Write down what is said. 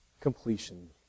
completion